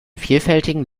vielfältigen